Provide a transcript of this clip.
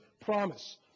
promise